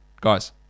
guys